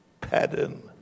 pattern